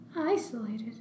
isolated